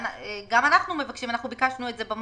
מענק הוצאות קבועות,